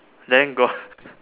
then got